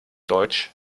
deutsch